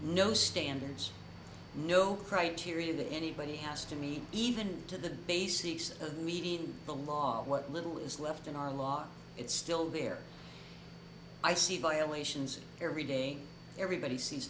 no standards no criteria that anybody has to meet even to the basics of me in the law what little is left in our law it's still there i see violations every day everybody sees